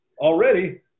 already